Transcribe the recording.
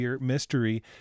mystery